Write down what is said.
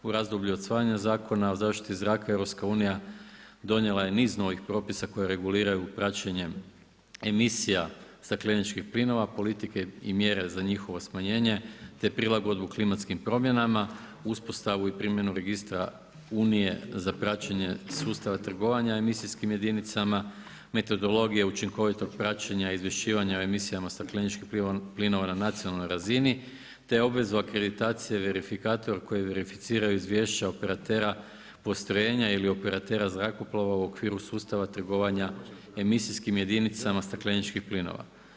U razdoblju od usvajanja Zakona o zaštiti zraka EU donijela je niz novih propisa koji reguliraju praćenje emisija stakleničkih plinova, politike i mjere za njihovo smanjenje, te prilagodbu klimatskim promjenama, uspostavu i primjenu registra Unije za praćenje sustava trgovanja emisijskim jedinicama, metodologije učinkovitog praćenja i izvješćivanja o emisijama stakleničkih plinova na nacionalnoj razini, te obvezu akreditacije verifikator koji verificira izvješća operatera postrojenja ili operatera zrakoplova u okviru sustava trgovanja emisijskim jedinicama stakleničkih plinova.